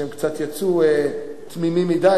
שהם קצת יצאו תמימים מדי.